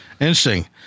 Interesting